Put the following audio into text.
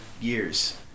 years